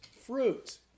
fruit